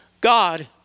God